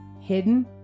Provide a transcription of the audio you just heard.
hidden